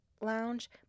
lounge